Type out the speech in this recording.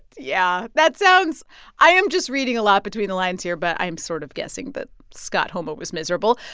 yeah, that sounds i am just reading a lot between the lines here. but i'm sort of guessing that scott homa was miserable.